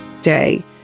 day